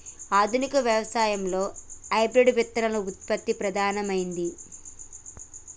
ఆధునిక వ్యవసాయం లో హైబ్రిడ్ విత్తన ఉత్పత్తి ప్రధానమైంది